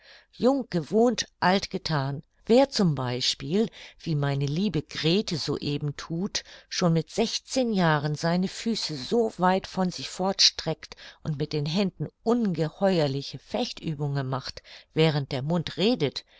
jung gewohnt alt gethan wer z b wie meine liebe grete so eben thut schon mit sechzehn jahren seine füße so weit von sich fort streckt und mit den händen ungeheuerliche fechtübungen macht während der mund redet